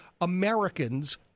Americans